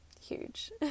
huge